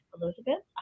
elizabeth